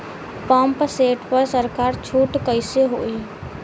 Pump set पर सरकार छूट कईसे होई?